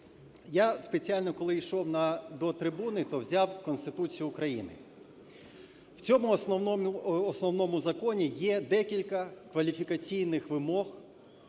Я спеціально, коли йшов до трибуни, то взяв Конституцію України. В цьому Основному законі є декілька кваліфікаційних вимог